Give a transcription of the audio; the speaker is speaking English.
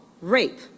rape